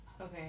Okay